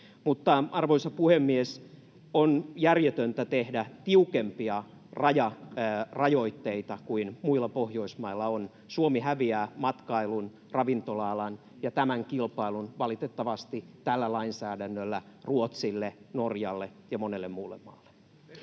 arvoisa puhemies, on järjetöntä tehdä tiukempia rajarajoitteita kuin muilla Pohjoismailla on. Suomi häviää matkailun, ravintola-alan ja tämän kilpailun valitettavasti tällä lainsäädännöllä Ruotsille, Norjalle ja monelle muulle maalle. [Speech